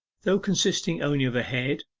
though consisting only of a head,